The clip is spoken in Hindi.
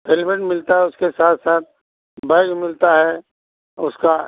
हेलमेट मिलता है उसके साथ साथ बैग मिलता है उसका